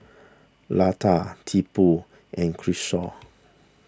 Lata Tipu and Kishore